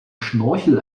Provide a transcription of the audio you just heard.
schnorchel